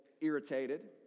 irritated